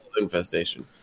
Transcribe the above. Infestation